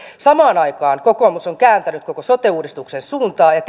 samaan aikaan kokoomus on kääntänyt koko sote uudistuksen suuntaa ja